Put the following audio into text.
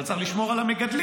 אבל צריך לשמור על המגדלים.